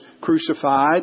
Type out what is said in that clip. crucified